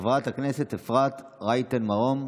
חברת הכנסת אפרת רייטן מרום,